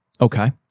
Okay